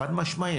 חד משמעית.